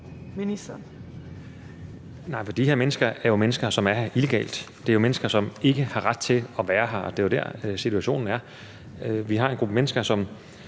Heunicke): Nej, for de her mennesker er jo mennesker, som er her illegalt. Det er jo mennesker, som ikke har ret til at være her. Det er jo sådan, situationen er. Vi har en gruppe mennesker, som